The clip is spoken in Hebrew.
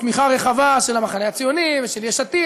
בתמיכה רחבה של המחנה הציוני ושל יש עתיד,